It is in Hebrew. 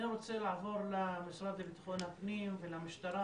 אני רוצה לעבור למשרד לבטחון הפנים ולמשטרה,